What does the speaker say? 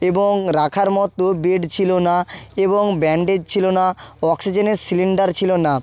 এবং রাখার মতো বেড ছিল না এবং ব্যাণ্ডেজ ছিল না অক্সিজেনের সিলিণ্ডার ছিল না